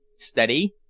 steady!